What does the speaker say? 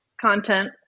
content